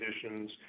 conditions